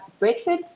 Brexit